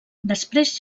després